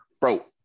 Bro